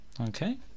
Okay